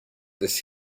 this